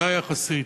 שקטה יחסית,